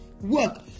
work